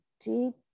deep